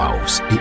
House